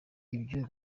ibyo